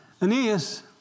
Aeneas